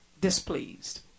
displeased